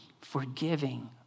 forgiving